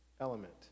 element